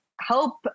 help